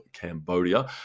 Cambodia